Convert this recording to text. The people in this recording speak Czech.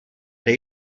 dej